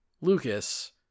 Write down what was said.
Lucas